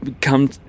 come